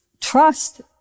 trust